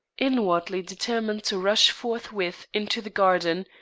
inwardly determined to rush forthwith into the garden,